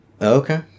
Okay